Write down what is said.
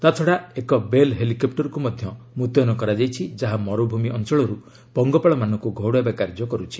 ତାଛଡ଼ା ଏକ ବେଲ୍ ହେଲିକପ୍ଟରକୁ ମୁତୟନ କରାଯାଇଛି ଯାହା ମରୁଭୂମି ଅଞ୍ଚଳରୁ ପଙ୍ଗପାଳମାନଙ୍କୁ ଘଉଡ଼ାଇବା କାର୍ଯ୍ୟ କରୁଛି